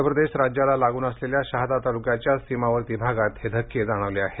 मध्यप्रदेश राज्याला लागुन असलेल्या शहादा तालुक्याच्या सीमावर्ती भागात हे धक्के जानवले आहेत